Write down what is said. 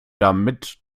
damit